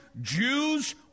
Jews